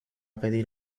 pedir